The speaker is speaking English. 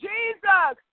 Jesus